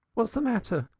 what's the matter?